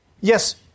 Yes